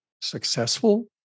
successful